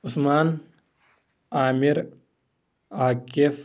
Usman Aamir Akif